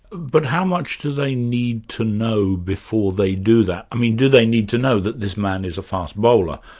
but how much do they need to know before they do that? i mean, do they need to know that this man is a fast bowler,